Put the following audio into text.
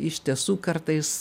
iš tiesų kartais